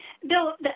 Bill